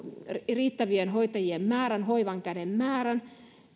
riittävien hoitajien määrän hoivan käden määrän